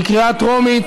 בקריאה טרומית.